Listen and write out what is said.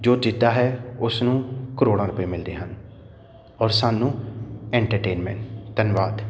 ਜੋ ਜਿੱਤਦਾ ਹੈ ਉਸ ਨੂੰ ਕਰੋੜਾਂ ਰੁਪਏ ਮਿਲਦੇ ਹਨ ਔਰ ਸਾਨੂੰ ਐਂਟਰਟੇਨਮੈਂਟ ਧੰਨਵਾਦ